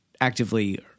actively